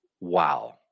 wow